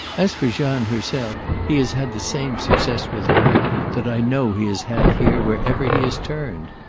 as for jeanne herself he has had the same success with her that i know he has had here wherever he has turned.